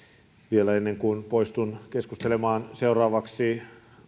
vielä ennen kuin poistun keskustelemaan seuraavaksi